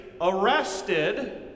arrested